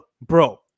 bro